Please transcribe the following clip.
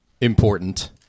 important